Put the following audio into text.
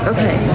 Okay